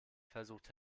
versucht